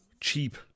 cheap